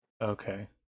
Okay